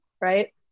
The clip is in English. right